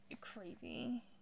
crazy